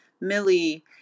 Millie